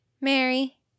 Mary